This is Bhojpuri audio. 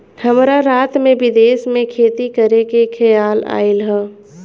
हमरा रात में विदेश में खेती करे के खेआल आइल ह